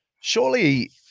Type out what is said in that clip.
Surely